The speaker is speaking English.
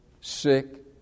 Sick